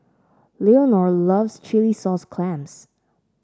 Leonor loves Chilli Sauce Clams